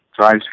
drives